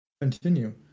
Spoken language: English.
continue